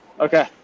Okay